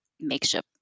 makeshift